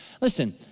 Listen